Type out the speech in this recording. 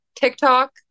TikTok